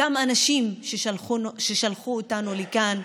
אותם אנשים ששלחו אותנו לכאן,